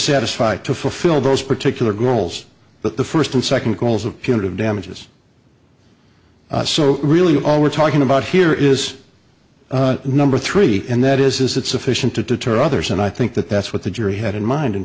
satisfy to fulfill those particular goals but the first and second goals of punitive damages so really all we're talking about here is number three and that is is that sufficient to deter others and i think that that's what the jury had in mind in